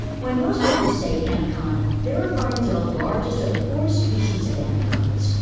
when most people say anaconda, they're referring to the largest of the four species of anacondas,